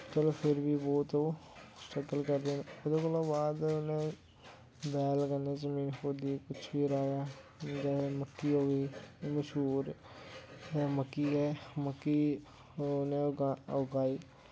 चलो फिर बी बो तो स्ट्रगल करदे न ओह्दे कोला बाद उनें ओह्दे कोला बाद उनें बैल कन्नै जमीन खोदी कुछ बी राऐआ चाएं मक्की हो गेई मसूर मक्की ऐ मक्की उनैं उगा उगाई